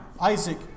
Isaac